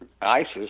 ISIS